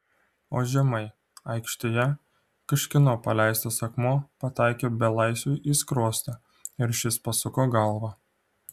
o žemai aikštėje kažkieno paleistas akmuo pataikė belaisviui į skruostą ir šis pasuko galvą